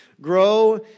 grow